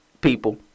people